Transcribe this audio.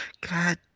God